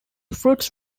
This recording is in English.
fruits